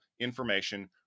information